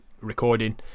recording